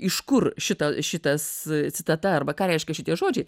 iš kur šita šitas citata arba ką reiškia šitie žodžiai